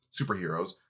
superheroes